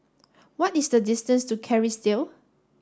what is the distance to Kerrisdale